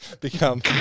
become